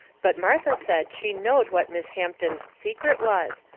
but martha said she knowed what miss hampton's secret was,